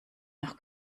nach